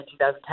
2010